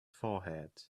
forehead